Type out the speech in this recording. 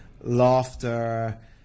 laughter